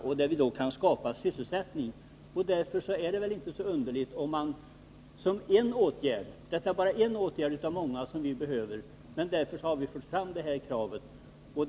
Vi kan alltså skapa sysselsättning, och därför är det väl inte underligt att vi fört fram kravet på den här åtgärden som en av många som behövs i Värmland.